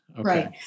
Right